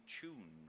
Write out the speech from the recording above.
tune